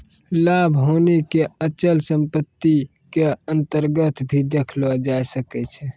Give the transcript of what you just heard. लाभ हानि क अचल सम्पत्ति क अन्तर्गत भी देखलो जाय सकै छै